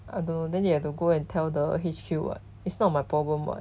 I don't know then they have to go and tell the H_Q what it's not my problem [what]